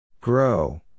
Grow